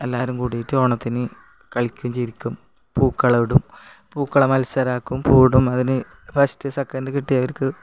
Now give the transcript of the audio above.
എല്ലാവരും കൂടിയിട്ട് ഓണത്തിനു കളിക്കും ചിരിക്കും പൂക്കളം ഇടും പൂക്കള മത്സരമാക്കും പൂവിടും അതിനു ഫസ്റ്റ് സെക്കൻഡ് കിട്ടിയവർക്ക്